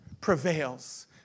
prevails